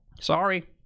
Sorry